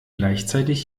gleichzeitig